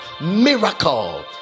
miracle